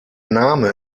name